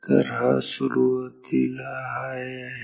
तर हा सुरुवातीला हाय आहे